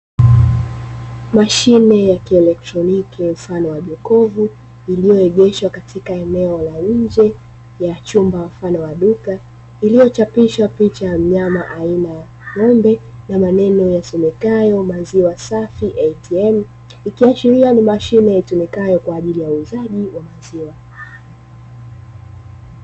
Mashine ya kielektroniki mfano wa jokofu ilioegeshwa eneo la nje ya chupa mfano wa duka iliyochapishwa picha ya mnyama aina ya ng'ombe, na maneno yasomekayo "maziwa safi ATM", ikiashiria ni mashine itumikayo kwa ajili ya uuzaji wa maziwa.